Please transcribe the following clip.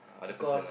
because of